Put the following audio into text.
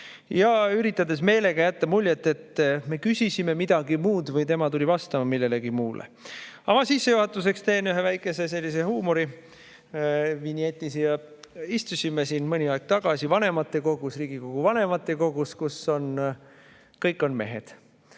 ja üritades meelega jätta muljet, et me küsisime midagi muud või tema tuli vastama millelegi muule. Ma sissejuhatuseks teen ühe väikese huumorivinjeti. Istusime siin mõni aeg tagasi Riigikogu vanematekogus, kus kõik on mehed.